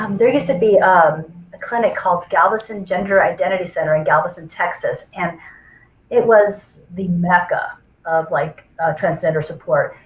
um there used to be um a clinic called galveston gender identity center in galveston texas. and it was the mecca of like transgender support.